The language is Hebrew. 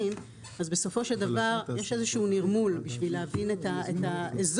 אז בסופו של דבר יש איזשהו נרמול בשביל להבין את האזור.